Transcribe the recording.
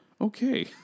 Okay